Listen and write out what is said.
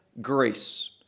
grace